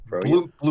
Blue